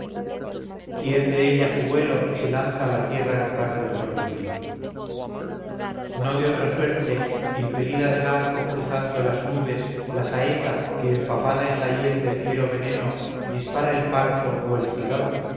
agüero tiende ella su vuelo y se lanza a la tierra en rápido torbellino no de otra suerte impelida del arco cruzando las nubes la saeta que empapada en la hiel de fiero veneno dispara el parto o